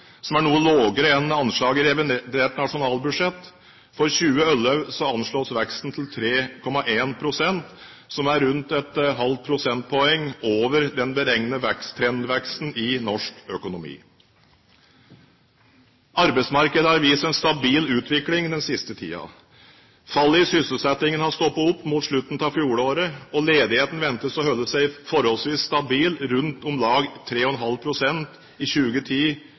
som er noe lavere enn anslaget i revidert nasjonalbudsjett. For 2011 anslås veksten til 3,1 pst., som er rundt et halvt prosentpoeng over den beregnede trendveksten i norsk økonomi. Arbeidsmarkedet har vist en stabil utvikling den siste tiden. Fallet i sysselsettingen stoppet opp mot slutten av fjoråret, og ledigheten ventes å holde seg forholdsvis stabil rundt om lag 3,5 pst i 2010